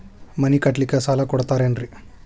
ಮನಿ ಕಟ್ಲಿಕ್ಕ ಸಾಲ ಕೊಡ್ತಾರೇನ್ರಿ?